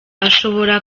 ashobora